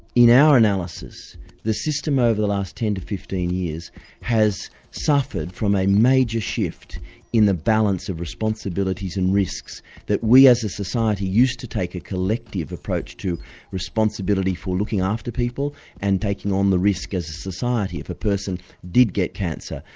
in our analysis the system over the last ten to fifteen years has suffered from a major shift in the balance of responsibilities and risks that we as a society used to take a collective approach to responsibility for looking after people and taking on the risk as a society if a person did get cancer,